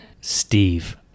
Steve